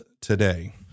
today